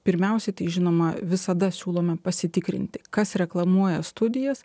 pirmiausiai tai žinoma visada siūlome pasitikrinti kas reklamuoja studijas